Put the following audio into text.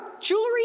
jewelry